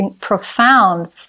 profound